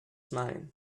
mine